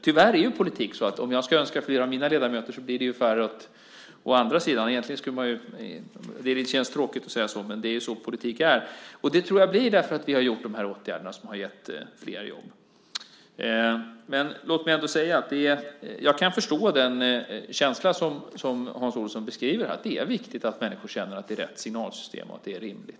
Tyvärr är politiken sådan att om jag ska önska flera moderata ledamöter blir det färre av andra. Det känns tråkigt att säga det, men det är så politiken är. Och så tror jag att det blir därför att vi har vidtagit dessa åtgärder som har gett flera jobb. Låt mig ändå säga att jag kan förstå den känsla som Hans Olsson beskriver, att det är viktigt att människor känner att det är rätt signalsystem och att det är rimligt.